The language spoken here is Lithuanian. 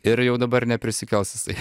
ir jau dabar neprisikels jisai